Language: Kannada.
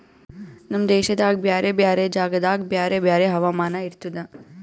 ನಮ್ ದೇಶದಾಗ್ ಬ್ಯಾರೆ ಬ್ಯಾರೆ ಜಾಗದಾಗ್ ಬ್ಯಾರೆ ಬ್ಯಾರೆ ಹವಾಮಾನ ಇರ್ತುದ